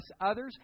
others